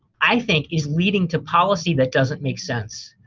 i think, is leading to policy that doesn't make sense.